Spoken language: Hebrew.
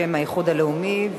בשם האיחוד הלאומי.